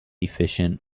efficient